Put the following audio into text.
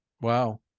Wow